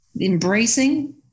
embracing